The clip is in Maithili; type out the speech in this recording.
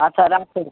अच्छा राखू